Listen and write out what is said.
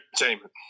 entertainment